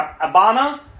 Abana